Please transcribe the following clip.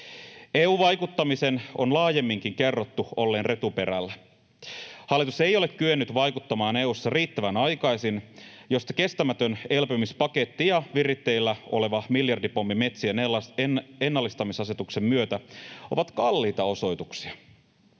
EU-vaikuttamisen on laajemminkin kerrottu olleen retuperällä. Hallitus ei ole kyennyt vaikuttamaan EU:ssa riittävän aikaisin, mistä kestämätön elpymispaketti ja viritteillä oleva miljardipommi metsien ennallistamisasetuksen myötä ovat kalliita osoituksia.